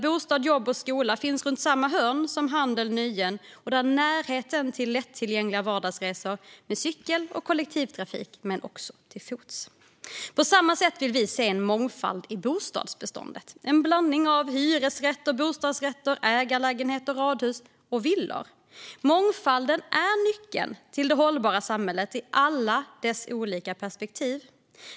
Bostad, jobb och skola ska finnas runt samma hörn som handel och nöjen, och det ska finnas en närhet till lättillgängliga vardagsresor med cykel och kollektivtrafik, liksom till fots. På samma sätt vill vi se en mångfald i bostadsbeståndet: en blandning av hyresrätter, bostadsrätter, ägarlägenheter, radhus och villor. Mångfalden är nyckeln till det hållbara samhället i alla dess olika perspektiv.